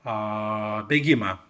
o bėgimą